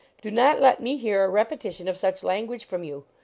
do not let me hear a repetition of such language from you.